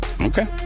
Okay